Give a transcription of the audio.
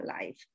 life